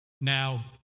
Now